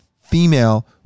female